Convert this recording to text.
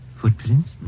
Footprints